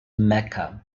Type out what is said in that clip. mecca